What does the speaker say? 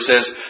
says